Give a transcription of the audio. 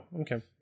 okay